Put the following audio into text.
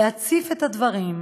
להציף את הדברים,